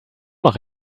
noch